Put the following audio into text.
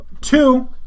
Two